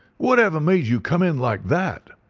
whatever made you come in like that.